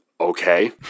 Okay